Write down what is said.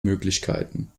möglichkeiten